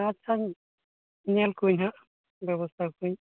ᱟᱪᱪᱷᱟ ᱧᱮᱞ ᱠᱚᱣᱟᱹᱧ ᱦᱟᱜ ᱵᱮᱵᱚᱥᱛᱷᱟ ᱠᱚᱣᱟᱹᱧ